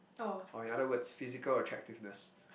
or in other words physical attractiveness